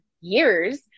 years